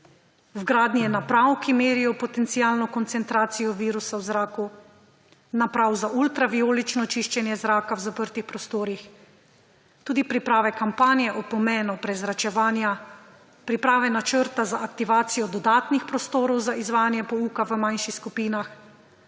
vgradnje naprav, ki merijo potencialno koncentracijo virusa v zraku, naprav za ultravijolično čiščenje zraka v zaprtih prostorih, tudi priprave kampanje o pomenu prezračevanja, priprave načrta za aktivacijo dodatnih prostorov za izvajanje pouka v manjših skupinah,